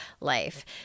life